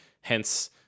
hence